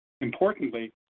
Importantly